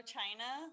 China